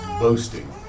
boasting